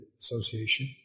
Association